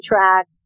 track